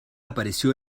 apareció